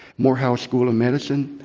morehouse school of medicine,